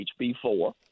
HB4